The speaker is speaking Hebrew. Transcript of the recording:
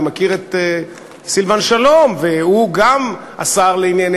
אני מכיר את סילבן שלום והוא גם השר לענייני